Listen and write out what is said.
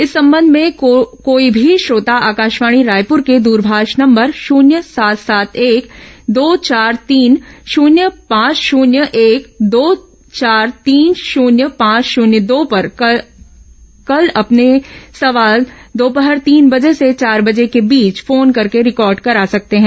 इस संबंध में कोई भी श्रोता आकाशवाणी रायपूर के द्रभाष नंबर शून्य सात सात एक दो चार तीन शून्य पांच शून्य एक और दो चार तीन शून्य पांच शून्य दो पर कल अपने सवाल दोपहर तीन बजे से चार बजे के बीच फोन करके रिकॉर्ड करा सकते हैं